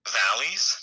valleys